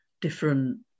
different